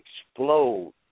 explode